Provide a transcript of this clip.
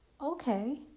okay